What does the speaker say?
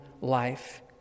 life